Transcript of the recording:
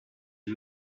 and